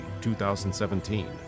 2017